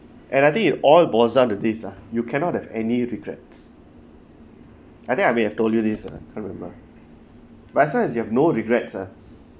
and I think it all boils down to this ah you cannot have any regrets I think I may have told you this uh can't remember but as long as you have no regrets ah